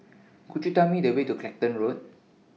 Could YOU Tell Me The Way to Clacton Road